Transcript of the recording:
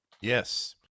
Yes